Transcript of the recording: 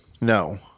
No